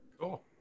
Cool